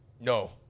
No